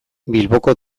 bilboko